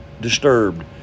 disturbed